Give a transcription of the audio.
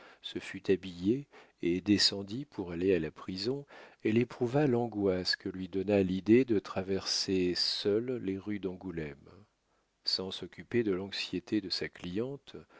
se fut habillée et descendit pour aller à la prison elle éprouva l'angoisse que lui donna l'idée de traverser seule les rues d'angoulême sans s'occuper de l'anxiété de sa cliente